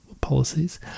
policies